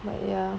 but ya